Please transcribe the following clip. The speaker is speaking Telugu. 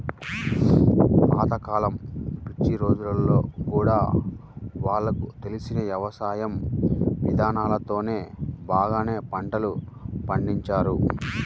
పాత కాలం పిచ్చి రోజుల్లో గూడా వాళ్లకు తెలిసిన యవసాయ ఇదానాలతోనే బాగానే పంటలు పండించారు